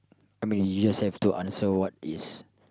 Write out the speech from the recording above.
I mean you just have to answer what is